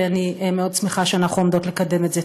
ואני מאוד שמחה שאנחנו עומדות לקדם את זה.